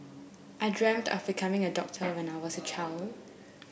I dreamt of becoming a doctor when I was a child